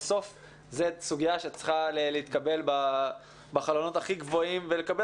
בסוף זו סוגיה שצריכה להתקבל בחלונות הכי גבוהים ולקבל